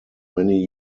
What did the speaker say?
many